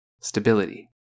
stability